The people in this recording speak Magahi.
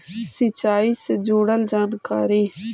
सिंचाई से जुड़ल जानकारी?